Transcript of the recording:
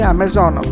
Amazon